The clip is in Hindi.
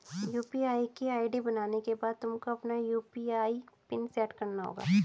यू.पी.आई की आई.डी बनाने के बाद तुमको अपना यू.पी.आई पिन सैट करना होगा